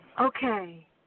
Okay